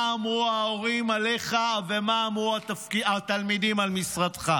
אמרו ההורים עליך ומה אמרו התלמידים על משרדך,